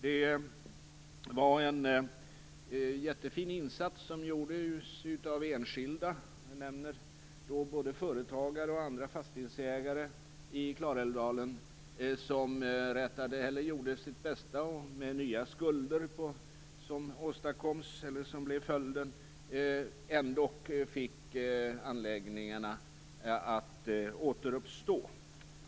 Det var en jättefin insats som gjordes av enskilda. Jag avser då både företagare och fastighetsägare i Klarälvsdalen. De gjorde sitt bästa. Nya skulder blev följden, ändock fick de anläggningarna att återuppstå.